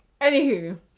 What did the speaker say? Anywho